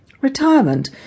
Retirement